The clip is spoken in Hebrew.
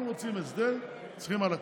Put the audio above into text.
אם רוצים הסדר, צריכים על הכול.